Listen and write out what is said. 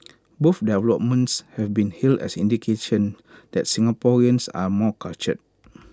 both developments have been hailed as indication that Singaporeans are more cultured